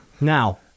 Now